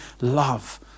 love